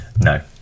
No